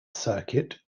circuit